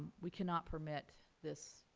we cannot permit this,